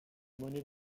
monnaies